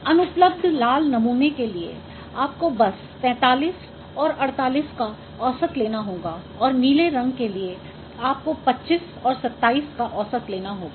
अनुपलब्ध लाल नमूने के लिए आपको बस 45 और 48 का औसत लेना होगा और नीले रंग के लिए आपको 25 और 27 का औसत लेना होगा